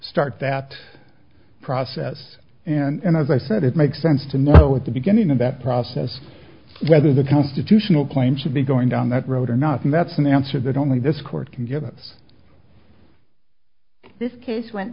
start that process and as i said it makes sense to know at the beginning of that process whether the constitutional claim should be going down that road or not and that's an answer that only this court can give us this case